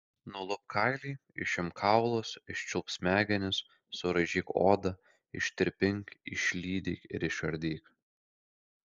nulupk kailį išimk kaulus iščiulpk smegenis suraižyk odą ištirpink išlydyk ir išardyk